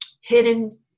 hidden